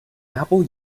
apple